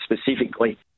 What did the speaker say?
specifically